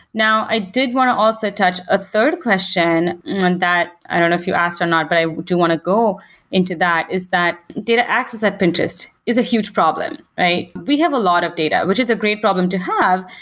now, i did want to also touch a third question on that. i don't know if you asked or not, but i do want to go into that, is that data access at pinterest is a huge problem. we have a lot of data, which is a great problem to have.